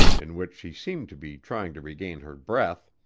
in which she seemed to be trying to regain her breath,